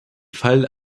fall